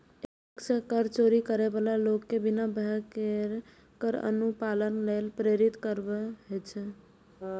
एकर लक्ष्य कर चोरी करै बला लोक कें बिना भय केर कर अनुपालन लेल प्रेरित करब होइ छै